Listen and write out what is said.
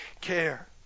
care